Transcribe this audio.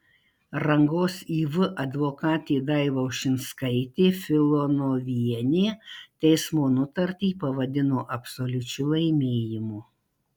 rangos iv advokatė daiva ušinskaitė filonovienė teismo nutartį pavadino absoliučiu laimėjimu